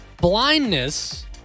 blindness